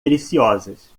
deliciosas